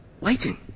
Waiting